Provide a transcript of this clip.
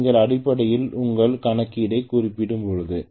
நீங்கள் அடிப்படையில் உங்கள் கணக்கீட்டைக் குறைக்கும்போது